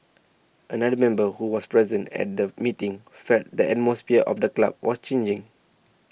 another member who was present at the meeting felt the atmosphere of the club was changing